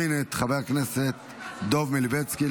אושרה בקריאה הטרומית ותעבור לדיון בוועדת החינוך,